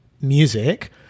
music